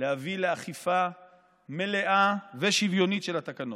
להביא לאכיפה מלאה ושוויונית של התקנות.